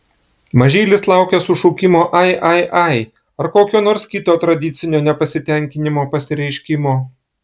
mažylis laukia sušukimo ai ai ai ar kokio nors kito tradicinio nepasitenkinimo pasireiškimo